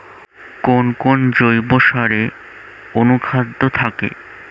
কোন কোন জৈব সারে অনুখাদ্য থাকে?